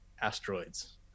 asteroids